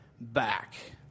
back